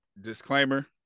Disclaimer